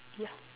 ya